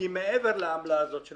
כי מעבר לעמלה הזאת של